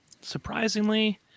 Surprisingly